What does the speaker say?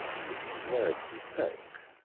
these words he spoke,